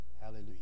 Hallelujah